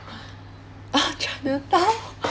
chinatown